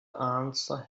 answer